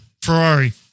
Ferrari